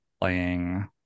playing